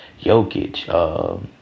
Jokic